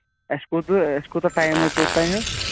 اَسہِ کوٗتو اَسہِ کوٗتاہ ٹایم لگہِ توٚتام حظ